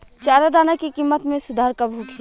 चारा दाना के किमत में सुधार कब होखे?